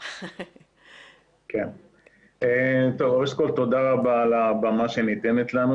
ראשית תודה רבה על הבמה שניתנת לנו,